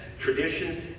traditions